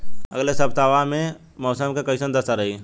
अलगे सपतआह में मौसम के कइसन दशा रही?